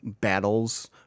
battles